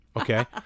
Okay